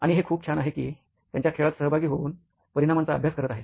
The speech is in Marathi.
आणि हे खूप छान आहे की त्यांच्या खेळात सहभागी होऊन परिणामांचा अभ्यास करत आहे